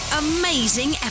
amazing